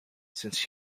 since